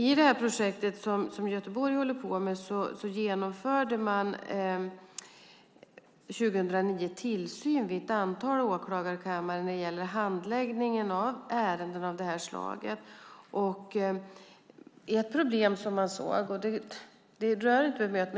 I projektet i Göteborg genomförde man 2009 tillsyn vid ett antal åklagarkammare vad gällde handläggningen av ärenden av detta slag. Ett problem man såg